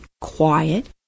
quiet